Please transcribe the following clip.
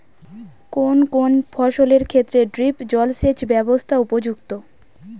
কোন কোন ফসলের ক্ষেত্রে ড্রিপ জলসেচ ব্যবস্থা উপযুক্ত?